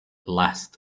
last